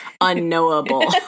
unknowable